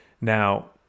Now